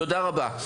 תודה רבה.